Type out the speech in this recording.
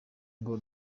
ngo